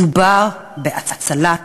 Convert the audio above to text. מדובר בהצלת